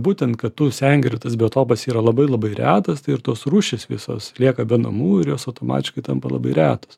būtent kad tų sengirių tas biotopas yra labai labai retas tai ir tos rūšys visos lieka be namų ir jos automatiškai tampa labai retos